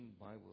Bible